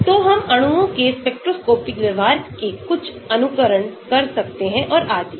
तो हम अणुओं के स्पेक्ट्रोस्कोपिक व्यवहार के कुछ अनुकरण कर सकते हैं और आदि